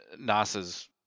NASA's